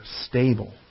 stable